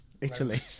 Italy